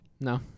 no